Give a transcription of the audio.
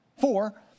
four